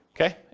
Okay